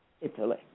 Italy